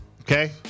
okay